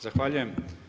Zahvaljujem.